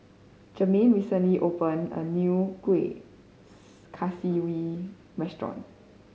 Germaine recently open a new kuih kaswi restaurant